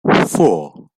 four